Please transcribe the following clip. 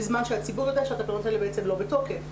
בזמן שהציבור יודע שהתקנות האלה בעצם לא בתוקף.